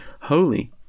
holy